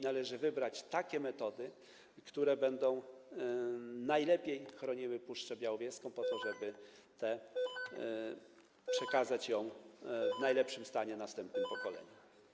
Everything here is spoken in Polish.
Należy wybrać takie metody, które będą najlepiej chroniły Puszczę Białowieską, po to żeby przekazać ją w najlepszym stanie następnym pokoleniom.